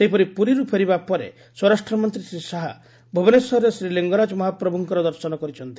ସେହିପରି ପୁରୀରୁ ଫେରିବା ପରେ ସ୍ୱରାଷ୍ଟ୍ର ମନ୍ତୀ ଶ୍ରୀ ଶାହା ଭୁବନେଶ୍ୱରରେ ଶ୍ରୀ ଲିଙ୍ଗରାଜ ମହାପ୍ରଭୁଙ୍କ ଦର୍ଶନ କରିଛନ୍ତି